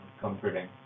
comforting